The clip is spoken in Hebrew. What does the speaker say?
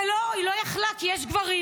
ולא, היא לא יכולה כי יש גברים.